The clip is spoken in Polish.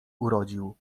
urodził